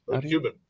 Cuban